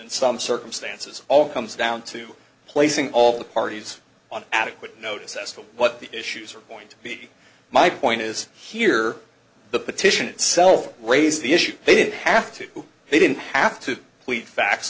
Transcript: in some circumstances all comes down to placing all the parties on adequate notice as to what the issues are going to be my point is here the petition itself raise the issue they didn't have to they didn't have to plead facts